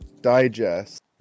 Digest